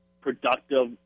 productive